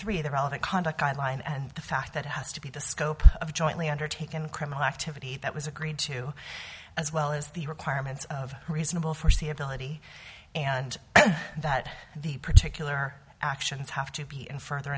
three the relevant conduct guideline and the fact that it has to be the scope of jointly undertaken criminal activity that was agreed to as well as the requirements of reasonable foreseeability and that these particular actions have to be in further